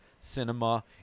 cinema